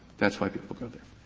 that's why people go there.